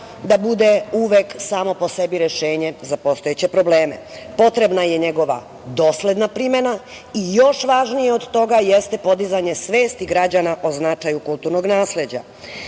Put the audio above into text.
da bude uvek samo po sebi rešenje za postojeće probleme. Potrebna je njegova dosledna primena i još važnije toga jeste podizanje svesti građana o značaju kulturnog nasleđa,